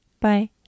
Bye